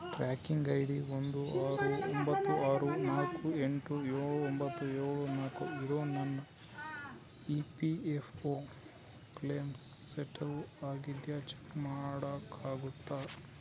tracking I D ಒಂದು ಆರು ಒಂಬತ್ತು ಆರು ನಾಲ್ಕು ಎಂಟು ಏಳು ಒಂಬತ್ತು ಏಳು ನಾಲ್ಕು ಇರೋ ನನ್ನ E P F O claim settle ಆಗಿದೆಯಾ ಚೆಕ್ ಮಾಡೋಕ್ಕಾಗತ್ತಾ